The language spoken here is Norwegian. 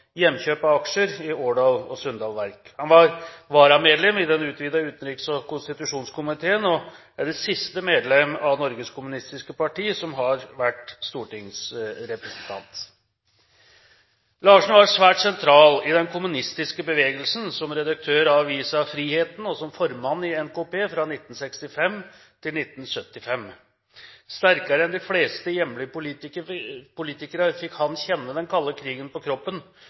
hjemkjøp av aksjer i Årdal og Sunndal Verk. Han var varamedlem i den utvidede utenriks- og konstitusjonskomiteen og er det siste medlem av Norges Kommunistiske Parti som har vært stortingsrepresentant. Larsen var svært sentral i den kommunistiske bevegelsen, som redaktør av avisen Friheten og som formann i NKP fra 1965 til 1975. Sterkere enn de fleste hjemlige politikere fikk han kjenne den kalde krigen på kroppen,